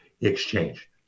exchange